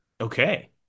Okay